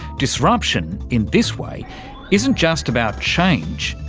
disruption in this way isn't just about change,